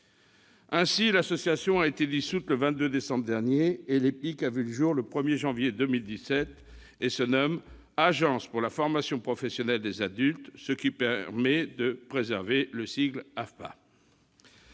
Ainsi, l'association a été dissoute le 22 décembre dernier et l'EPIC a vu le jour le 1 janvier 2017. Cet établissement se nomme désormais Agence pour la formation professionnelle des adultes, ce qui a permis de préserver le sigle AFPA.